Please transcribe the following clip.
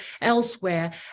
elsewhere